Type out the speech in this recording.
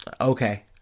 Okay